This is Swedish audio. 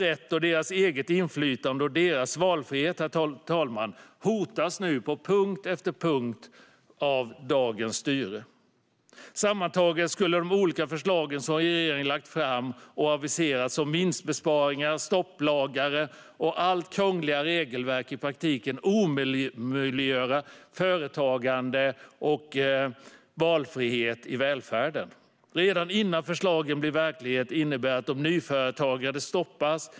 Dessa människors rätt, inflytande och valfrihet hotas nu på punkt efter punkt av dagens styre. Sammantaget skulle de olika förslag som regeringen lagt fram och aviserat om vinstbesparingar, stopplagar och allt krångligare regelverk i praktiken omöjliggöra företagande och valfrihet i välfärden. Redan innan förslagen blir verklighet innebär de att nyföretagande stoppas.